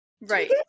right